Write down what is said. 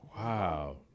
Wow